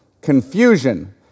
confusion